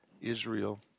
Israel